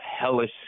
hellish